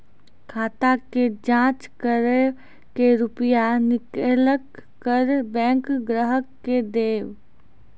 खाता के जाँच करेब के रुपिया निकैलक करऽ बैंक ग्राहक के देब?